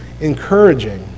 encouraging